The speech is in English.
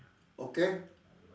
okay